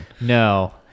No